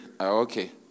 Okay